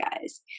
guys